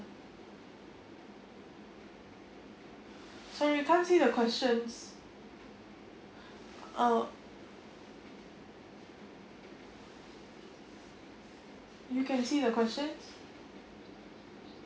sorry we can't see the question uh you can see the question